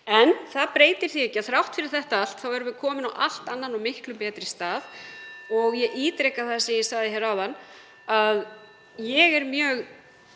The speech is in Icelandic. En það breytir því ekki að þrátt fyrir þetta allt erum við komin á allt annan og miklu betri stað. Ég ítreka það sem ég sagði áðan að ég er mjög